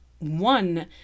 One